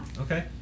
Okay